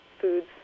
foods